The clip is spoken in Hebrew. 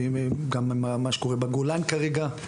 גם מה שקורה בגולן כרגע.